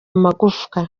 amagufwa